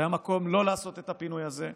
והיה מקום לא לעשות את הפינוי הזה.